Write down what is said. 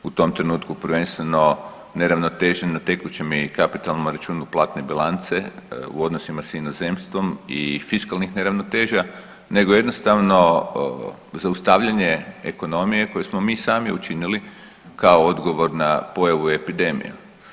U tom trenutku prvenstveno neravnoteža na tekućem i planom računu kapitalne bilance u odnosima s inozemstvom i fiskalnih neravnoteža, nego jednostavno zaustavljanje ekonomije koje smo mi sami učinili kao odgovor na pojavu epidemije.